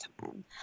time